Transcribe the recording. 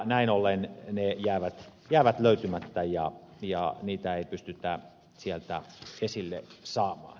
näin ollen ne jäävät löytymättä ja niitä ei pystytä sieltä esille saamaan